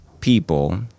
people